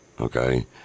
okay